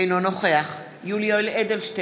אינו נוכח יולי יואל אדלשטיין,